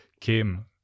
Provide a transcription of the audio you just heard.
came